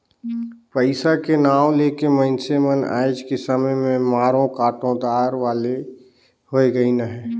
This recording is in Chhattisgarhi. पइसा के नांव ले के मइनसे मन आएज के समे में मारो काटो दार वाले होए गइन अहे